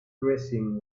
blessing